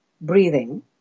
breathing